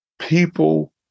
people